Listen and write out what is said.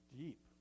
deep